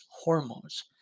hormones